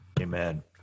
Amen